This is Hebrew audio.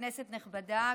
כנסת נכבדה,